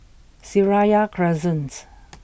Seraya Crescent